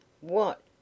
What